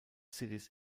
cities